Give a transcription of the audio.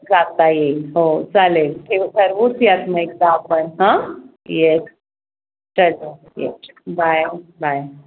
जाता येईल हो चालेल ठेव ठरवूचयात मग एकदा आपण हां येस चालेल येस बाय बाय